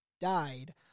died